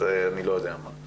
או אני לא יודע מה.